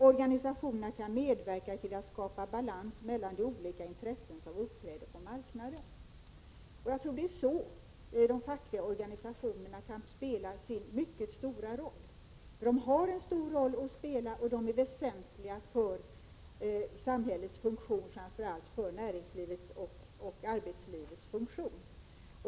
Organisationerna kan medverka till att skapa balans mellan de olika intressen som uppträder på marknaden.” Jag tror att det är så de fackliga organisationerna kan spela sin mycket stora roll. De har nämligen en stor roll att spela, och de är väsentliga för samhällets funktion — och framför allt för näringslivets och arbetslivets funktion.